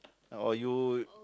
or you